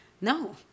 No